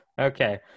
okay